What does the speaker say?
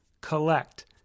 collect